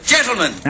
Gentlemen